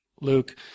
Luke